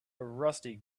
rusty